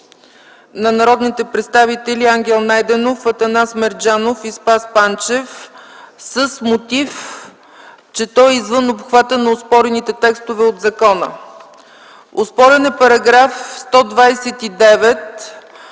на народните представители Ангел Найденов, Атанас Мерджанов и Спас Панчев с мотив, че то е извън обхвата на оспорените текстове от закона. Оспорен е § 129,